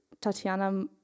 Tatiana